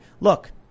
look